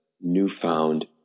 newfound